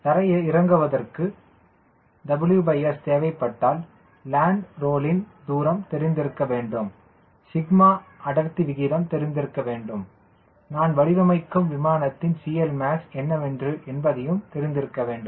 தரையிறங்குவதற்கு WS தேவைப்பட்டால் land ரோலின் தூரம் தெரிந்திருக்க வேண்டும் சிக்மா அடர்த்தி விகிதம் தெரிந்திருக்க வேண்டும் நான் வடிவமைக்கும் விமானத்தின் CLmax என்னவென்று என்பதையும் தெரிந்து இருக்க வேண்டும்